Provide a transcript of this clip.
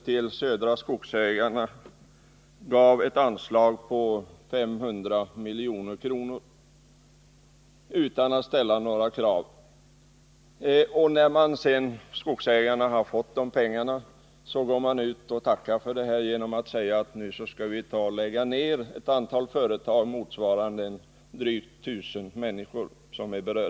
Till Södra Skogsägarna gav man ett anslag på 500 milj.kr. utan att ställa några krav, men när de fått pengarna tackar de för dem genom att säga att de skall lägga ned ett antal företag, vilket berör drygt 1000 människor.